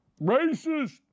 Racist